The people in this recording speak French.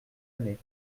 année